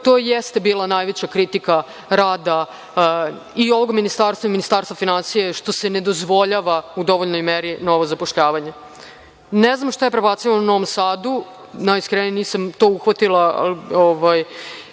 to jeste bila najveća kritika rada i ovog Ministarstva i Ministarstva finansija, što se ne dozvoljava u dovoljnoj meri novo zapošljavanje. Ne znam šta je prebacivano Novom Sadu. Najiskrenije nisam to uhvatila,